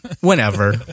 whenever